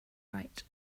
right